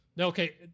Okay